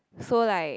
so like